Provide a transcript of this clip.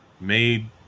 made